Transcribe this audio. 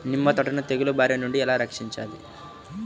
నిమ్మ తోటను తెగులు బారి నుండి ఎలా రక్షించాలి?